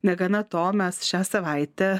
negana to mes šią savaitę